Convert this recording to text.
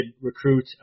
recruit